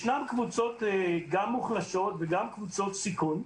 ישנן קבוצות מוחלשות וגם קבוצות סיכון,